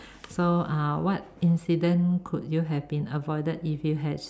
so what incident could you have been avoided if you had